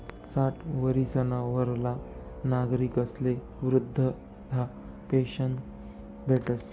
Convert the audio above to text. साठ वरीसना वरला नागरिकस्ले वृदधा पेन्शन भेटस